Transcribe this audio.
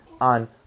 On